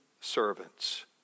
servants